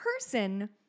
person